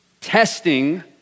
testing